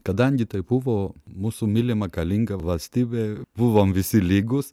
kadangi tai buvo mūsų mylima galinga valstybė buvom visi lygūs